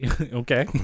okay